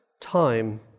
time